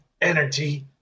energy